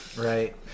Right